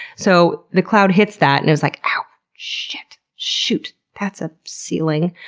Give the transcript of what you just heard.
so, the cloud hits that and is like, oww shit! shoot! that's a ceiling!